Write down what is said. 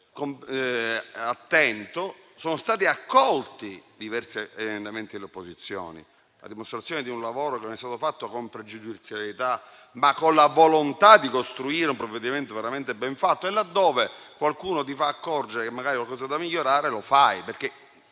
attento sono stati accolti diversi emendamenti dell'opposizione, a dimostrazione che il lavoro non è stato fatto con pregiudizialità, ma con la volontà di costruire un provvedimento veramente ben fatto e, laddove qualcuno ha fatto notare che magari c'era qualcosa da migliorare, lo si è